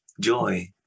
joy